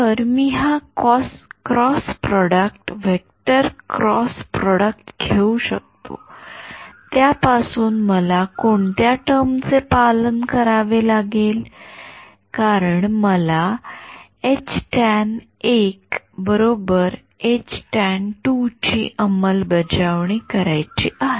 तर मी हा cross product vector cross product घेऊ शकतो त्या पासून मला कोणत्या टर्म चे पालन करावे लागेल कारण मला ची अंमलबजावणी करायची आहे